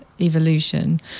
evolution